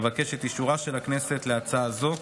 אבקש את אישורה של הכנסת להצעה זו.